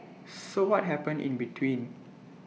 so what happened in between